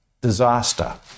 disaster